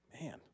Man